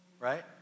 right